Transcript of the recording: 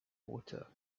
water